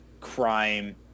crime